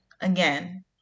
again